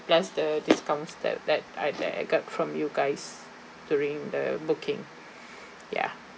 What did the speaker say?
plus the discounts that that I that I got from you guys during the booking ya